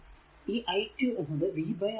ഈ i2 എന്നത് v R2